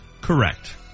Correct